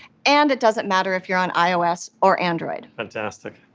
and it doesn't matter if you're on ios or android. fantastic.